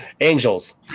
Angels